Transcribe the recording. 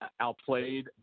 outplayed